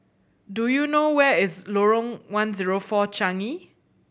do you know where is Lorong One Zero Four Changi